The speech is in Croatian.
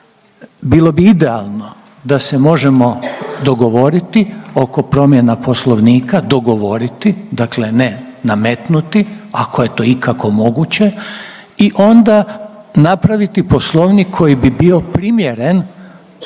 Bilo bi idealno da se možemo dogovoriti oko promjena Poslovnika, dogovoriti. Dakle ne nametnuti ako je to ikako moguće i onda napraviti Poslovnik koji bi bio primjeren